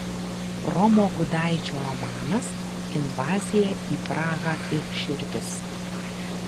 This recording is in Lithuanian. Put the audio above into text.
romo gudaičio romanas invazija į prahą ir širdis